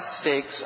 stakes